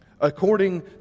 According